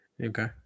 Okay